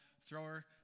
thrower